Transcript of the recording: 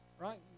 right